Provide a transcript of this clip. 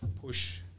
push